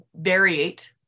variate